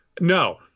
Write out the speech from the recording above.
No